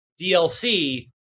DLC